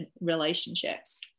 relationships